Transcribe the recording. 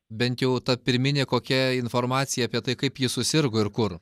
bent jau ta pirminė kokia informacija apie tai kaip ji susirgo ir kur